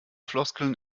floskeln